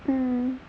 mmhmm